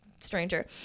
stranger